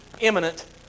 imminent